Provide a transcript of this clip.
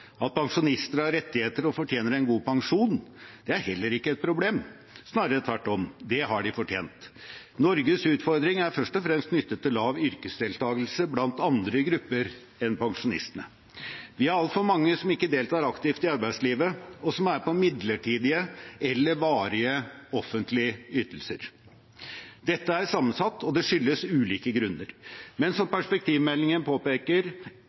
At pensjonister har rettigheter og fortjener en god pensjon, er heller ikke et problem, snarere tvert om. Det har de fortjent. Norges utfordring er først og fremst knyttet til lav yrkesdeltakelse blant andre grupper enn pensjonistene. Vi har altfor mange som ikke deltar aktivt i arbeidslivet, og som er på midlertidige eller varige offentlige ytelser. Dette er sammensatt, og det har ulike grunner. Men som perspektivmeldingen påpeker,